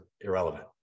irrelevant